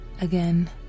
again